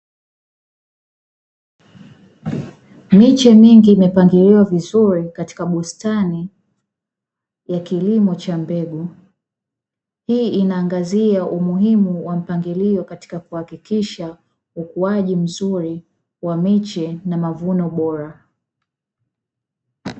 Miche mingi imepangiliwa vizuri katika bustani ya kilimo cha mbegu, hii inaangazia umuhimu wa mpangilio katika kuhakikisha, ukuaji mzuri wa miche na mavuno bora.